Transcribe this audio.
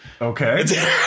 Okay